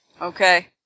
Okay